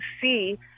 see